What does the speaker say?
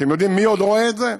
אתם יודעים מי עוד רואה את זה?